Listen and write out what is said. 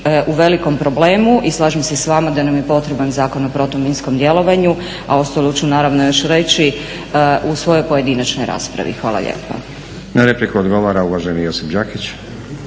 u velikom problemu i slažem se s vama da nam je potreban Zakon o protuminskom djelovanju, a ostalo ću naravno još reći u svojoj pojedinačnoj raspravi. Hvala lijepa. **Stazić, Nenad (SDP)** Na